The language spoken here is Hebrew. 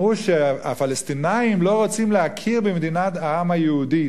אמרו שהפלסטינים לא רוצים להכיר במדינת העם היהודי,